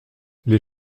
les